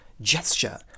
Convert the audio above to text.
gesture